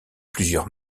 plusieurs